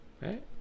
Right